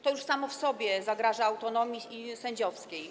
To już samo w sobie zagraża autonomii sędziowskiej.